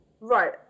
Right